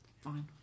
Fine